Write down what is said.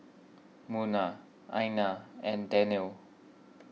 Munah Aina and Daniel